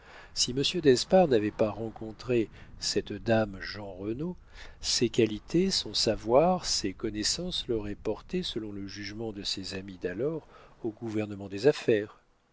si monsieur d'espard n'avait pas rencontré cette dame jeanrenaud ses qualités son savoir ses connaissances l'auraient porté selon le jugement de ses amis d'alors au gouvernement des affaires